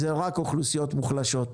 אלה רק אוכלוסיות מוחלשות.